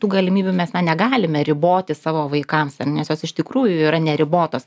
tų galimybių mes na negalime riboti savo vaikams nes jos iš tikrųjų yra neribotos